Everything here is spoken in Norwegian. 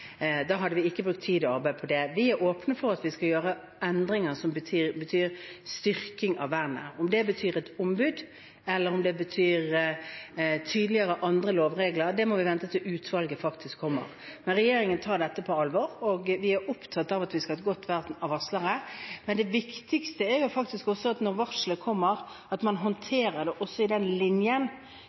da hadde vi ikke brukt tid og arbeid på det. Vi er åpne for at vi skal gjøre endringer som betyr en styrking av vernet. Om det betyr et ombud, eller om det betyr andre, tydeligere, lovregler, må vi vente med til utvalget kommer med noe. Regjeringen tar dette på alvor, og vi er opptatt av at vi skal ha et godt vern av varslere. Men det viktigste er faktisk når varselet kommer, at man håndterer det i den linjen